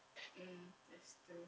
mm that's true